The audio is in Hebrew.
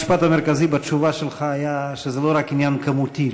המשפט המרכזי בתשובה שלך היה שזה לא רק עניין כמותי.